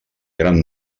gran